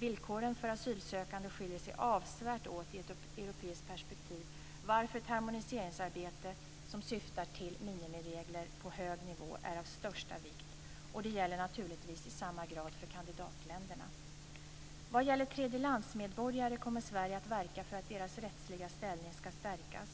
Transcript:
Villkoren för asylsökande skiljer sig avsevärt åt i ett europeiskt perspektiv, varför ett harmoniseringsarbete som syftar till minimiregler på hög nivå är av största vikt. Det gäller naturligtvis i samma grad för kandidatländerna. Vad gäller tredjelandsmedborgare kommer Sverige att verka för att deras rättsliga ställning ska stärkas,